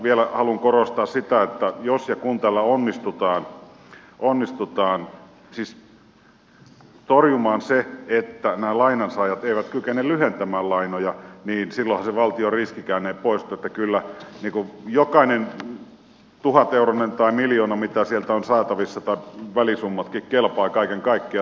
vielä haluan korostaa sitä että jos ja kun tällä onnistutaan torjumaan se että nämä lainansaajat eivät kykene lyhentämään lainoja niin silloinhan se valtion riskikään ei poistu niin että kyllä jokainen tuhateuroinen tai miljoona mitä sieltä on saatavissa tai välisummatkin kelpaa kaiken kaikkiaan